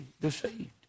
deceived